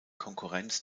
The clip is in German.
konkurrenz